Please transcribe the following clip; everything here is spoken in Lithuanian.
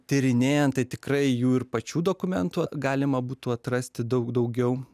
tyrinėjant tai tikrai jų ir pačių dokumentų galima būtų atrasti daug daugiau